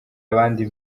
abandi